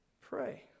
Pray